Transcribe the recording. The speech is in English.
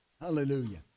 Hallelujah